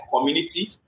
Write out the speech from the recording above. community